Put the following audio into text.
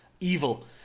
evil